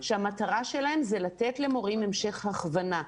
שהמטרה שלהם זה לתת למורים המשך הכוונה.